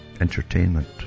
Entertainment